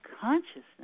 consciousness